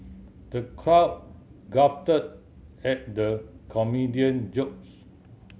the crowd guffawed at the comedian jokes